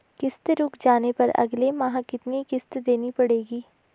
किश्त रुक जाने पर अगले माह कितनी किश्त देनी पड़ेगी?